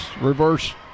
reverse